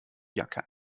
jacke